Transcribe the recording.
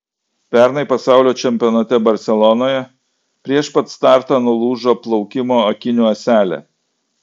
pernai pasaulio čempionate barselonoje prieš pat startą nulūžo plaukimo akinių ąselė